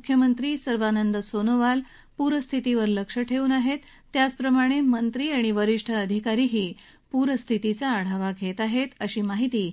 मुख्यमंत्री सरबानंद सोनोवाल पूर स्थितीवर लक्ष ठेऊन आहेत त्याचप्रमाणे काही मंत्री आणि वरिष्ठ अधिकारीही पूर परिस्थितीचा आढावा घेत आहेत अशी माहिती